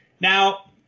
Now